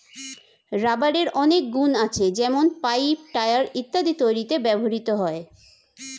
রাবারের অনেক গুন আছে যেমন পাইপ, টায়র ইত্যাদি তৈরিতে ব্যবহৃত হয়